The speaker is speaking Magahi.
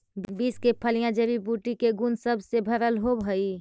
बींस के फलियां जड़ी बूटी के गुण सब से भरल होब हई